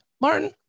Martin